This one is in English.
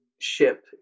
ship